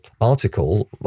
article